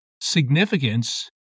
Significance